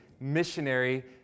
missionary